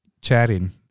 chatting